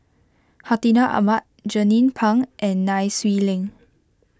Hartinah Ahmad Jernnine Pang and Nai Swee Leng